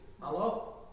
Hello